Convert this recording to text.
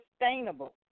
sustainable